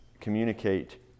communicate